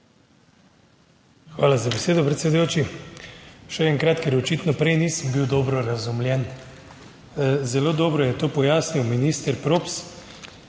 Hvala za besedo, predsedujoči. Še enkrat, ker očitno prej nisem bil dobro razumljen. Zelo dobro je to pojasnil minister Props.